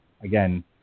again